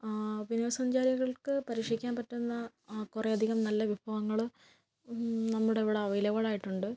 ആ വിനോദസഞ്ചാരികൾക്ക് പരീക്ഷിക്കാൻ പറ്റുന്ന ആ കുറേ അധികം നല്ല വിഭവങ്ങൾ നമ്മുടെ ഇവിടെ അവൈലബിളായിട്ടുണ്ട്